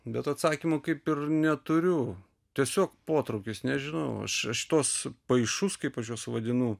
bet atsakymo kaip ir neturiu tiesiog potraukis nežinau aš aš šituos paišus kaip aš juos vadinu